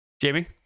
Jamie